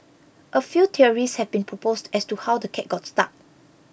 a few theories have been proposed as to how the cat got stuck